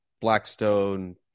Blackstone